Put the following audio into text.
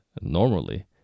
normally